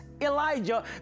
Elijah